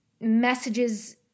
messages